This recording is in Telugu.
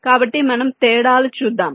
కాబట్టి మనం తేడాలు చూద్దాం